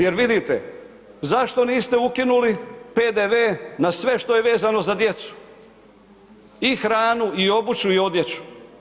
Jer vidite, zašto niste ukinuli PDV na sve što je vezano za djecu i hranu i odjeću i obuću?